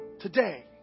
today